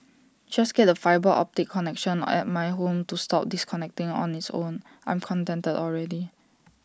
just get the fibre optic connection at my home to stop disconnecting on its own I'm contented already